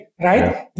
right